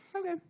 Okay